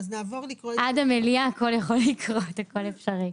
עד המליאה הכול יכול לקרות, הכול אפשרי.